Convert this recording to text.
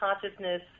consciousness